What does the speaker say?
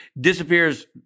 disappears